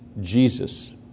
Jesus